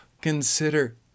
consider